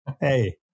Hey